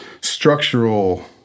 structural